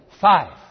Five